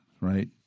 right